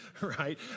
right